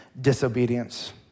disobedience